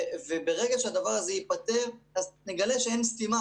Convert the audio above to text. ברגע שהדבר הזה ייפתר נגלה שאין סתימה